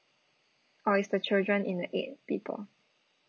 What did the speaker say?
or is the children in the eight people